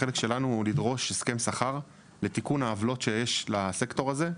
החלק שלנו הוא לדרוש הסכם שכר לתיקון העוולות שיש לסקטור הזה.